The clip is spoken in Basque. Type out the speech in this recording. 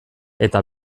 eta